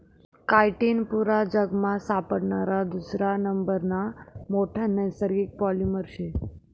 chitin पुरा जगमा सापडणारा दुसरा नंबरना मोठा नैसर्गिक पॉलिमर शे